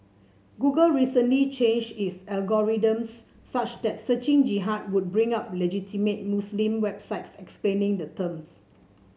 google recently changed its algorithms such that searching Jihad would bring up legitimate Muslim websites explaining the terms